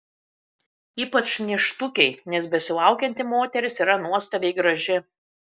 ypač nėštukei nes besilaukianti moteris yra nuostabiai graži